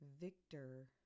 Victor